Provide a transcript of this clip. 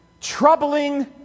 troubling